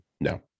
no